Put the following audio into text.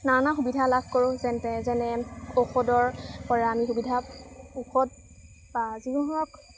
নানা সুবিধা লাভ কৰোঁ যেনে ঔষধৰপৰা আমি সুবিধা ঔষধ বা যিকোনো ধৰণৰ